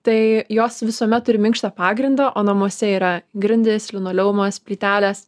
tai jos visuomet turi minkštą pagrindą o namuose yra grindys linoleumas plytelės